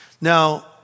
Now